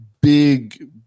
big